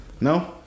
no